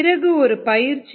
பிறகு ஒரு பயிற்சி வினா 2